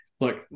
look